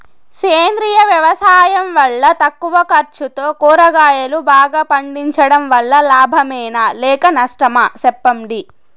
సేంద్రియ వ్యవసాయం వల్ల తక్కువ ఖర్చుతో కూరగాయలు బాగా పండించడం వల్ల లాభమేనా లేక నష్టమా సెప్పండి